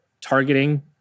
targeting